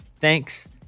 Thanks